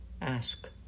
ask